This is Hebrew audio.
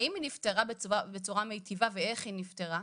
האם היא נפתרה בצורה מיטיבה ואיך היא נפתרה?